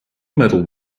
medal